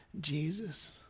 Jesus